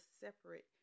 separate